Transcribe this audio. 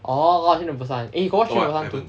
orh train to busan eh you got watch train to busan two